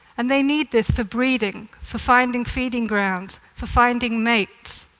and they need this for breeding, for finding feeding grounds, for finding mates.